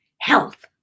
health